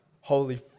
holy